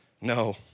No